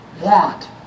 want